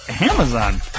Amazon